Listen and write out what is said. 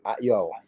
yo